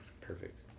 Perfect